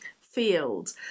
field